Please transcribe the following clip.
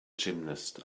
gymnast